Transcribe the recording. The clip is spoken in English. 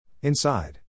Inside